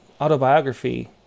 autobiography